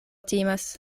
timas